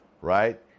right